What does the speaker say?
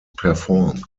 performed